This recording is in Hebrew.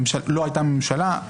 לא הייתה ממשלה,